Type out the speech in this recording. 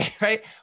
Right